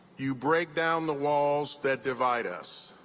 you break down the walls that divide us.